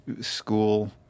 school